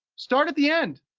start at the end,